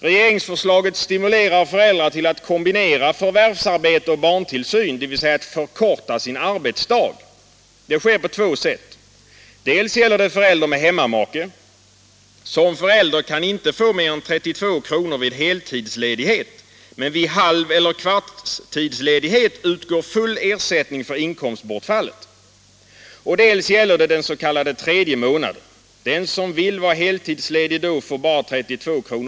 Regeringsförslaget stimulerar föräldrar till att kombinera förvärvsarbete och barntillsyn, dvs. att förkorta sin arbetsdag. Det sker på två sätt. Dels gäller det förälder med hemmamake; sådan förälder kan inte få mer än 32 kr. vid heltidsledighet, men vid halveller kvartstidsledighet utgår full ersättning för inkomstbortfallet. Dels gäller det den s.k. tredje månaden; den som vill vara heltidsledig då får bara 32 kr.